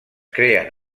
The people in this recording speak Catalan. creen